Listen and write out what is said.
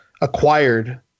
acquired